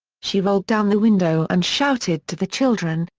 she rolled down the window and shouted to the children,